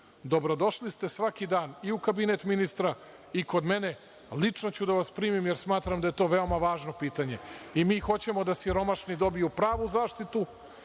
dobrodošli ste svaki dan i Kabinet ministra i kod mene, lično ću da vas primim, jer smatram da je to veoma važno pitanje. Mi hoćemo da siromašni dobiju pravu zaštitu